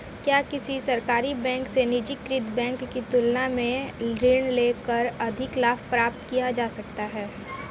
क्या किसी सरकारी बैंक से निजीकृत बैंक की तुलना में ऋण लेकर अधिक लाभ प्राप्त किया जा सकता है?